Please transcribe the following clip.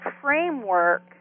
framework